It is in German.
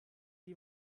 die